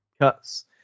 Cuts